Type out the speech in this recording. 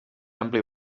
ampli